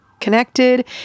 connected